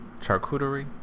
charcuterie